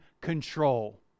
control